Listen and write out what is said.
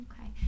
okay